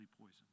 poison